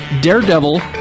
Daredevil